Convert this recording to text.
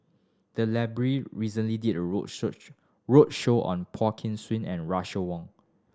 the library recently did a roadshow on Poh Kay and Russel Wong